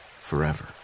forever